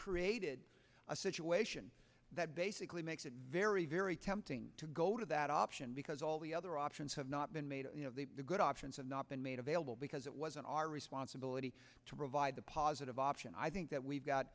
created a situation that basically makes it very very tempting to go to that option because all the other options have not been made good options have not been made available because it wasn't our responsibility to provide the positive option i think that we've got